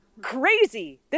crazy